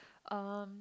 um